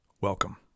welcome